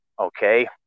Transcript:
Okay